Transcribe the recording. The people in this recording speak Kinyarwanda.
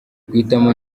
guhitamo